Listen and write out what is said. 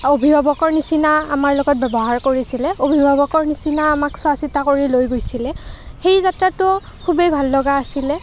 অভিভাৱকৰ নিছিনা আমাৰ লগত ব্য়ৱহাৰ কৰিছিলে অভিভাবকৰ নিছিনা আমাক চোৱা চিতা কৰি লৈ গৈছিলে সেই যাত্ৰাটো খুবেই ভাল লগা আছিলে